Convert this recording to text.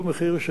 שהוא מחיר,